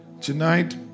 Tonight